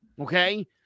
okay